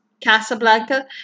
Casablanca